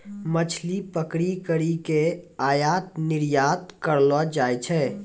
मछली पकड़ी करी के आयात निरयात करलो जाय छै